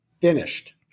finished